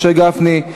משה גפני,